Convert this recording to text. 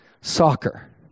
soccer